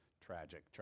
tragic